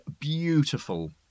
beautiful